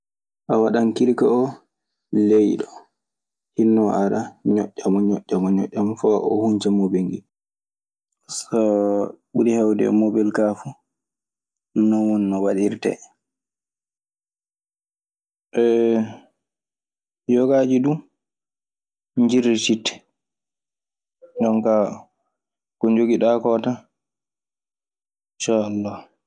A waɗan kirke oo ley hinnoo aɗa ñoƴƴa mo, aɗa ñoƴƴa mo, ñoƴƴa mo faa oo hunca mobel ngel. So, ɓuri heewde e mobel kaa fuu, non woni no waɗirtee.